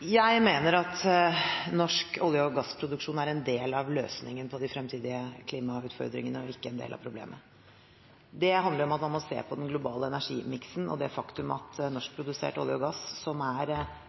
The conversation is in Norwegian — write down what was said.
Jeg mener at norsk olje- og gassproduksjon er en del av løsningen på de fremtidige klimautfordringene og ikke en del av problemet. Det handler om at man må se på den globale energimiksen og det faktum at norskprodusert olje og gass som er